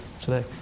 today